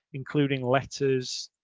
including letters.